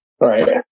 right